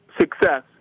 success